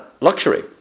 luxury